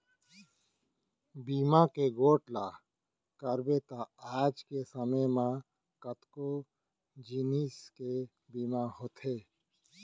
बीमा के गोठ ल कइबे त आज के समे म कतको जिनिस के बीमा होथे